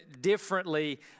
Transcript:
differently